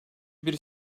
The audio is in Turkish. bir